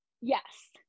yes